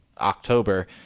October